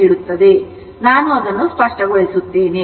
ಆದ್ದರಿಂದ ನಾನು ಅದನ್ನು ಸ್ಪಷ್ಟಗೊಳಿಸುತ್ತೇನೆ